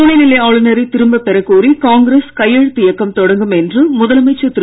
துணைநிலை ஆளுநரை திரும்பப் பெறக் கோரிகாங்கிரஸ் கையெழுத்து தொடங்கும் என்று இயக்கம் முதலமைச்சர் திரு